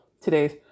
today's